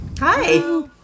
Hi